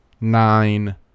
Nine